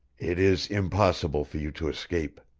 it is impossible for you to escape.